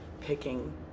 picking